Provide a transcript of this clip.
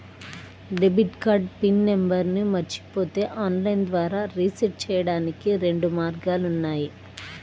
debit card PIN నంబర్ను మరచిపోతే online ద్వారా రీసెట్ చెయ్యడానికి రెండు మార్గాలు ఉన్నాయి